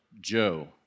Joe